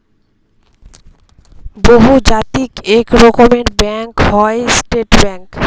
বহুজাতিক এক রকমের ব্যাঙ্ক হয় স্টেট ব্যাঙ্ক